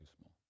small